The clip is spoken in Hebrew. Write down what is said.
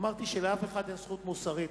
אמרתי שלאף אחד אין זכות מוסרית